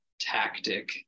tactic